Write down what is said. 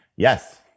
Yes